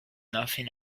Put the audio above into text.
nothing